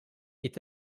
est